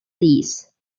lease